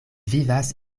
vivas